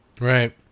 Right